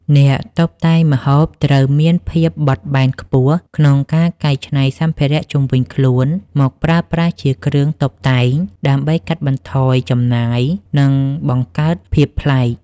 អ្នកតុបតែងម្ហូបត្រូវមានភាពបត់បែនខ្ពស់ក្នុងការកែច្នៃសម្ភារៈជុំវិញខ្លួនមកប្រើប្រាស់ជាគ្រឿងតុបតែង ដើម្បីកាត់បន្ថយចំណាយ និងបង្កើតភាពប្លែក។